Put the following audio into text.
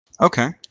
okay